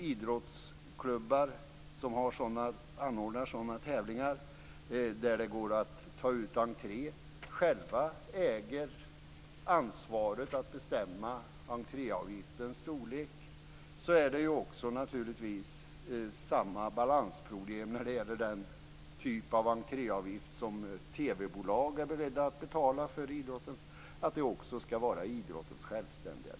Idrottsklubbar som anordnar sådana tävlingar där det går att ta ut entré äger själva ansvaret att bestämma entréavgiftens storlek. Samma balansproblem är det naturligtvis också när det gäller den typ av entréavgift som TV-bolag är beredda att betala för idrotten. Det skall också vara idrottens självständiga beslut.